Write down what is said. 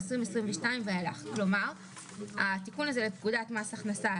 "נוסחו בחוק זה" כלומר לפי ההוראות החדשות